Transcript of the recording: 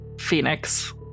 phoenix